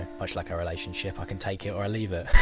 much like our relationship, i can take it or leave it!